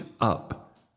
up